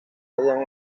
hallan